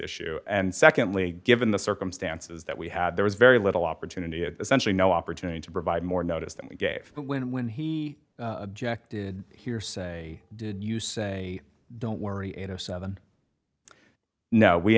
issue and secondly given the circumstances that we had there was very little opportunity is essentially no opportunity to provide more notice than we gave when and when he did hear say did you say don't worry eight hundred and seven no we